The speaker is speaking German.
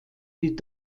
die